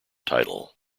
title